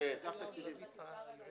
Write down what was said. עוד